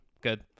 Good